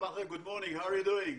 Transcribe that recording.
בוקר טוב, מה שלומכם?